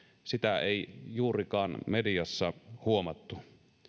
sitä ei juurikaan mediassa huomattu